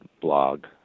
blog